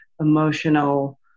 emotional